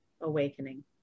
awakening